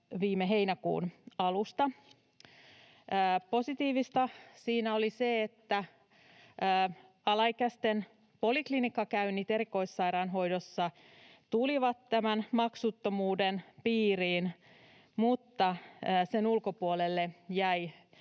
viime heinäkuun alusta. Positiivista siinä oli se, että alaikäisten poliklinikkakäynnit erikoissairaanhoidossa tulivat tämän maksuttomuuden piiriin, mutta sen ulkopuolelle jäi